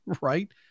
Right